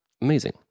amazing